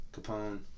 Capone